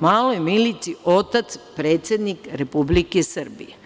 maloj Milici otac predsednik Republike Srbije.